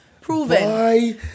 proven